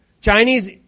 Chinese